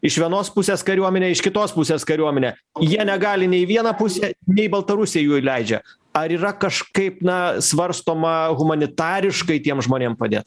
iš vienos pusės kariuomenė iš kitos pusės kariuomenė jie negali nei į vieną pusę nei baltarusija jų įleidžia ar yra kažkaip na svarstoma humanitariškai tiem žmonėm padėt